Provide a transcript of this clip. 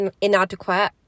inadequate